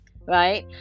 right